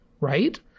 right